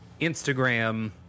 Instagram